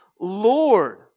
Lord